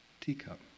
teacup